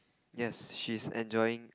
yes she's enjoying